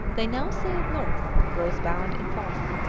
they now sailed north close bound in fog,